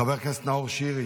חבר הכנסת נאור שירי,